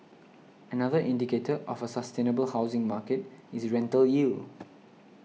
another indicator of a sustainable housing market is rental yield